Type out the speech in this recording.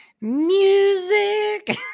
music